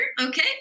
Okay